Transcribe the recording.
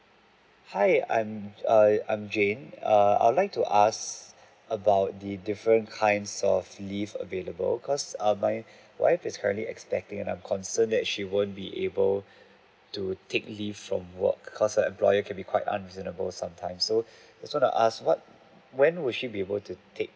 hi I'm uh I'm jane uh I'd like to ask about the different kinds of leave available because err my wife is currently expecting and I'm concerned that she won't be able to take leave from work cos' her employer can be quite unreasonable sometime so just want to ask what when would she be able to take